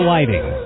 Lighting